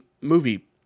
movie